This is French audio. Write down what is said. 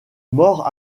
mort